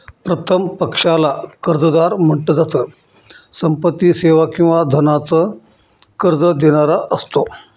प्रथम पक्षाला कर्जदार म्हंटल जात, संपत्ती, सेवा किंवा धनाच कर्ज देणारा असतो